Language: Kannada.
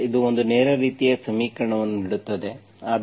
ಆದ್ದರಿಂದ ಇದು ಒಂದು ನೇರ ರೀತಿಯ ಸಮೀಕರಣವನ್ನು ನೀಡುತ್ತದೆ